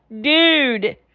dude